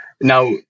Now